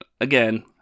again